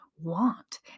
Want